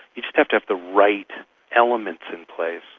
you just have to have the right elements in place.